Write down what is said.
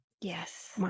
Yes